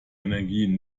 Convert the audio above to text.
energien